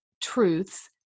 truths